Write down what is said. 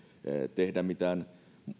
tehdä mitään